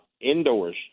indoors